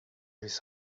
his